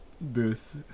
booth